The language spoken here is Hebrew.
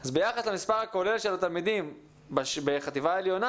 אז ביחס למספר הכולל של התלמידים בחטיבה העליונה,